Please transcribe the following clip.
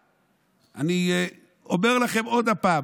אני אומר לכם עוד פעם,